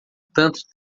tanto